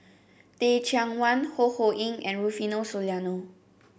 Teh Cheang Wan Ho Ho Ying and Rufino Soliano